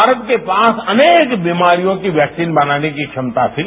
भारत के पास अनेक बीमारियों की वैक्सीन बनाने की क्षमता थी